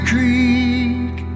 Creek